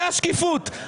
זו השקיפות.